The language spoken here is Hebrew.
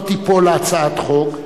לא תיפול הצעת החוק,